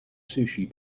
sushi